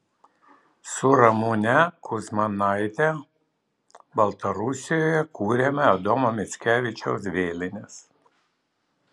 su ramune kudzmanaite baltarusijoje kūrėme adomo mickevičiaus vėlines